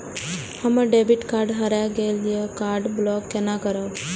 हमर debit card हरा गेल ये कार्ड ब्लॉक केना करब?